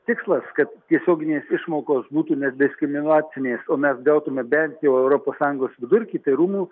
tikslas kad tiesioginės išmokos būtų nediskriminacinės o mes gautume bent europos sąjungos vidurkį tai rūmų